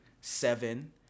seven